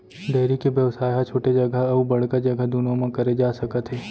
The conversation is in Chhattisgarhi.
डेयरी के बेवसाय ह छोटे जघा अउ बड़का जघा दुनों म करे जा सकत हे